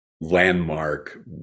landmark